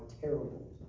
terrible